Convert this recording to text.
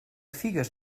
figues